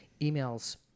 emails